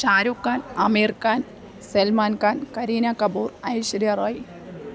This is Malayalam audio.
ഷാരുഖാൻ അമീർഖാൻ സൽമാൻ ഖാൻ കരീന കപൂർ ഐശ്വര്യ റോയ്